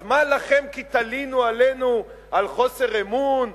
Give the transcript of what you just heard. אז מה לכם כי תלינו עלינו על חוסר אמון,